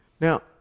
Now